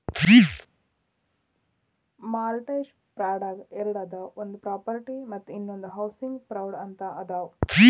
mortgage ಫ್ರಾಡ್ನ್ಯಾಗ ಎರಡದಾವ ಒಂದ್ ಪ್ರಾಫಿಟ್ ಮತ್ತ ಇನ್ನೊಂದ್ ಹೌಸಿಂಗ್ ಫ್ರಾಡ್ ಅಂತ ಅದಾವ